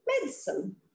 medicine